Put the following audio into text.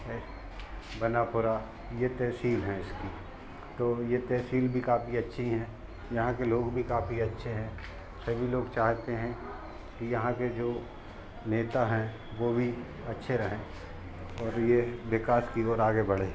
है बनापुरा ये तहसीलें हैं इसकी तो ये तहसील भी काफी अच्छी हैं यहाँ के लोग भी काफी अच्छे हैं सभी लोग चाहते हैं कि यहाँ के जो नेता हैं वे भी अच्छे रहें और यह विकास की ओर आगे बढ़े